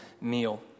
meal